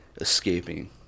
escaping